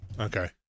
Okay